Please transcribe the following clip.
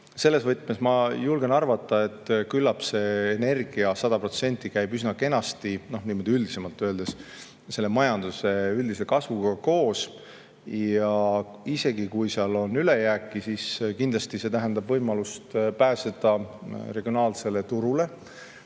Selles võtmes ma julgen arvata, et küllap see energia 100% käib üsna kenasti, niimoodi üldisemalt öeldes, selle majanduse üldise kasvuga koos. Ja isegi kui seal on ülejääki, siis kindlasti see tähendab võimalust pääseda regionaalsele turule,